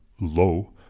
low